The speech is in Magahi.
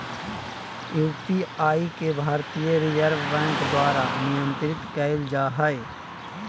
यु.पी.आई के भारतीय रिजर्व बैंक द्वारा नियंत्रित कइल जा हइ